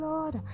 Lord